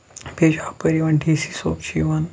بیٚیہِ چھُ ہوٚپٲر یِوان ڈی سی صوب چھُ یِوان